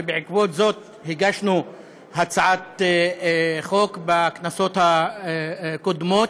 ובעקבות זאת הגשנו הצעת חוק בכנסות הקודמות.